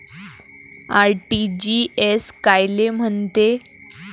RTGS कायले म्हनते?